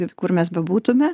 ir kur mes bebūtume